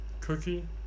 Cookie